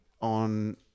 on